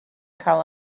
cael